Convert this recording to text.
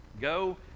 Go